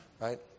right